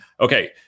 okay